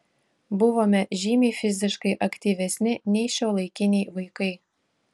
buvome žymiai fiziškai aktyvesni nei šiuolaikiniai vaikai